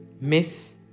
Miss